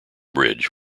bridge